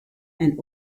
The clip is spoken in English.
and